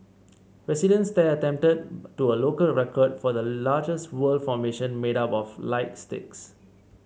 residents there attempted to a local record for the largest word formation made up of light sticks